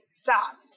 stops